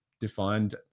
defined